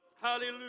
Hallelujah